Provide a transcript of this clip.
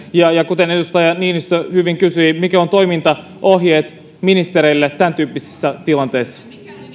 ja ja kuten edustaja niinistö hyvin kysyi mitkä ovat toimintaohjeet ministereille tämäntyyppisissä tilanteissa